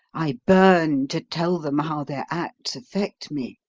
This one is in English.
i burn to tell them how their acts affect me